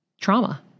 trauma